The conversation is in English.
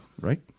right